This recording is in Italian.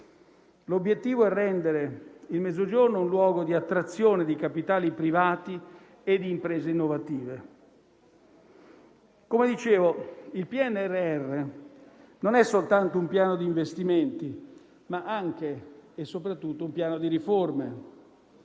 L'obiettivo è rendere il Mezzogiorno un luogo di attrazione di capitali privati e di imprese innovative. Come dicevo, il PNRR non è soltanto un piano di investimenti, ma anche e soprattutto di riforme.